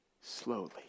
slowly